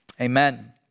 Amen